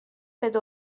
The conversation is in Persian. بده